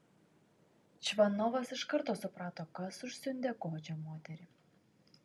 čvanovas iš karto suprato kas užsiundė godžią moterį